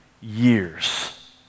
years